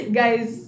guys